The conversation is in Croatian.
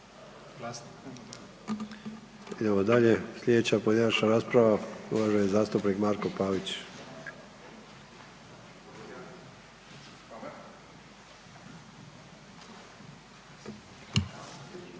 Idemo dalje, slijedeća pojedinačna rasprava, uvaženi zastupnik Marko Pavić. **Pavić,